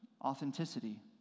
authenticity